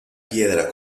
piedra